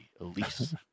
Elise